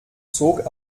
zog